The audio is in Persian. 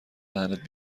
دهنت